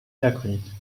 نکنید